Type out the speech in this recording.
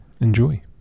enjoy